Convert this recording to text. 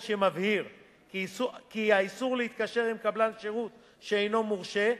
שמבהיר כי האיסור להתקשר עם קבלן שירות שאינו מורשה,